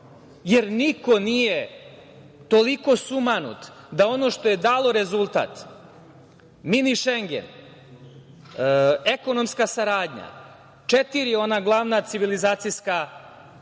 Jer, niko nije toliko sumanut da ono što je dalo rezultat, Mini Šengen, ekonomska saradnja, četiri glavna civilizacijska dostignuća,